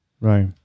right